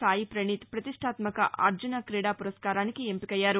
సాయిప్రణీత్ ప్రతిష్మాత్మక అర్వన క్రీడా పురస్సారానికి ఎంపికయ్యారు